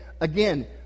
Again